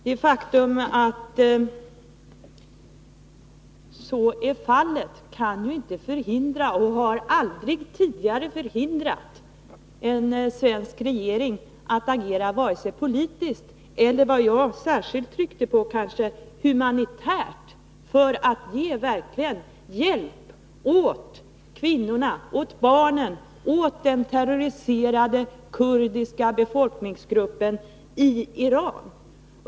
Det faktum att kurderna är splittrade kan ju inte förhindra och har aldrig tidigare förhindrat en svensk regering att agera vare sig politiskt eller, vad jag särskilt tryckte på, humanitärt för att verkligen ge hjälp åt kvinnorna, barnen och den terroriserade kurdiska befolkningsgruppen i Iran.